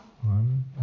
One